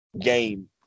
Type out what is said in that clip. game